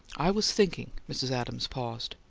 i was thinking mrs. adams paused.